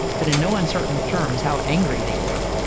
but in no uncertain terms how angry they were.